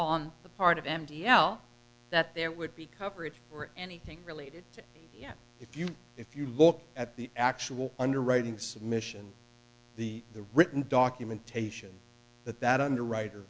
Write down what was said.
on the part of m d l that there would be coverage for anything related to you if you if you look at the actual underwriting submission the the written documentation that that underwriter